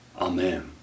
Amen